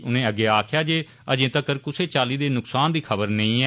उनें अग्गै आक्खेया जे अजे तक्कर कुसै चाल्ली दे नुकसान दी खबर नेई ऐ